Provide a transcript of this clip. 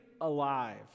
alive